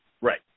Right